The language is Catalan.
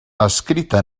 escrita